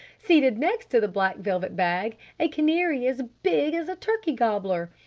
seated next to the black velvet bag a canary as big as a turkey gobbler.